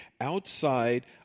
outside